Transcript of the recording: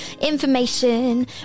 information